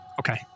Okay